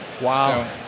Wow